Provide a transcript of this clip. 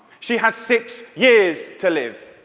she has six years to live.